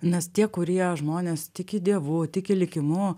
nes tie kurie žmonės tiki dievu tiki likimu